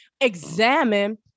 Examine